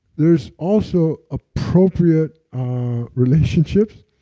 there's also appropriate ah relationships,